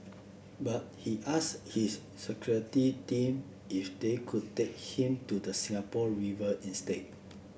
but he asked his security team if they could take him to the Singapore River instead